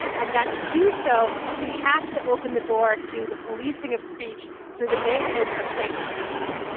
and that to do so, we have to open the door to the policing of speech through the maintenance of safe spaces.